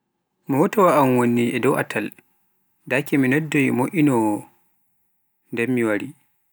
Motaawa an wonni e dow atal, daki mi noddoy mo'inowoo nden ware.